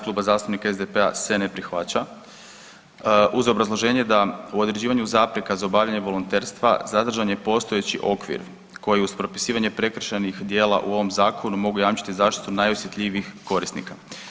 Kluba zastupnika SDP-a se ne prihvaća uz obrazloženje da u određivanju zapreka za obavljanje volonterstva zadržan je postojeći okvir koji uz propisivanje prekršajnih dijela u ovom zakonu mogu jamčiti zaštitu najosjetljivijih korisnika.